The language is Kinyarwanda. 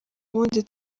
ubundi